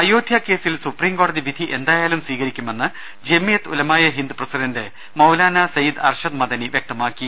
അയോധ്യക്കേസിൽ സുപ്രീംകോടതിവിധി എന്തായാലും സ്വീകരി ക്കുമെന്ന് ജംഇയ്യത്ത് ഉലമായെ ഹിന്ദ് പ്രസിഡന്റ് മൌലാന സയ്യിദ് അർഷദ് മദനി വൃക്തമാക്കി